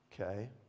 Okay